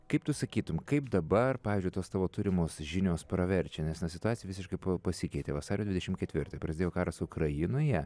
kaip tu sakytum kaip dabar pavyzdžiui tos tavo turimos žinios praverčia nes na situacija visiškai pasikeitė vasario dvidešim ketvirtąją prasidėjo karas ukrainoje